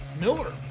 Miller